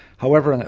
however,